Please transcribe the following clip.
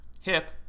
hip